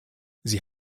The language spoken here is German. sie